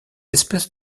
espèce